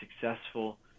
successful